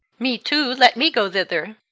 me too! let me go thither.